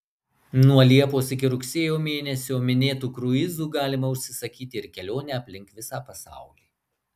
nuo liepos iki rugsėjo mėnesio minėtu kruizu galima užsisakyti ir kelionę aplink visą pasaulį